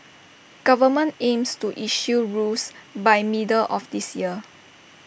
government aims to issue rules by middle of this year